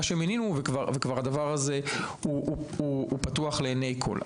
שמינינו והדבר הזה כבר פתוח לעיני כל.